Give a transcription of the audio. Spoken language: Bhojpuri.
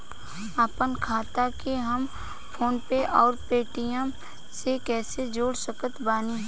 आपनखाता के हम फोनपे आउर पेटीएम से कैसे जोड़ सकत बानी?